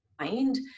mind